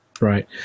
Right